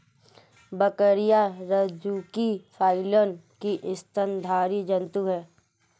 बकरियाँ रज्जुकी फाइलम की स्तनधारी जन्तु है